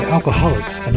Alcoholics